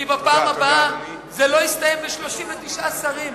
כי בפעם הבאה זה לא יסתיים ב-39 שרים.